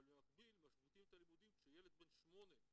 אבל במקביל משביתים את הלימודים כשילד בן 8,